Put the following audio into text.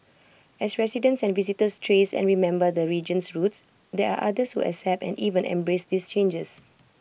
as residents and visitors trace and remember the region's roots there are others who accept and even embrace these changes